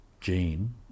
gene